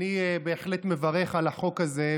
אני בהחלט מברך על החוק הזה,